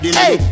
hey